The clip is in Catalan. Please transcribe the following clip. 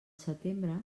setembre